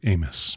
Amos